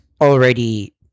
already